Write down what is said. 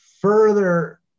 further